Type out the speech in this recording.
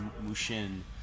mushin